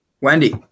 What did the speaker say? Wendy